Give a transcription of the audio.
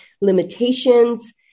limitations